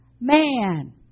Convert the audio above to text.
man